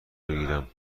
بگیرم